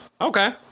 okay